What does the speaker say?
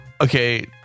okay